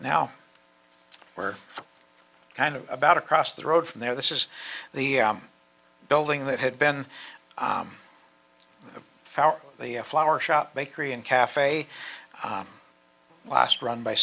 now we're kind of about across the road from there this is the building that had been our the flower shop bakery and cafe last run by